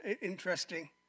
interesting